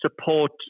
support